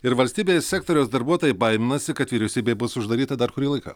ir valstybės sektoriaus darbuotojai baiminasi kad vyriausybė bus uždaryta dar kurį laiką